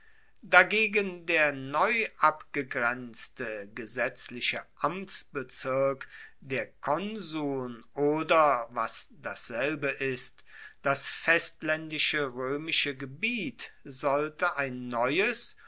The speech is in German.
dagegen der neu abgegrenzte gesetzliche amtsbezirk der konsuln oder was dasselbe ist das festlaendische roemische gebiet sollte ein neues